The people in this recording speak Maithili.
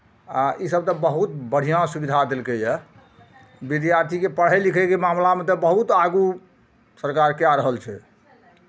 आ इसभ तऽ बहुत बढ़िआँ सुविधा देलकैए बविद्यार्थीकेँ पढ़य लिखयके मामलामे तऽ बहुत आगू सरकार कए रहल छै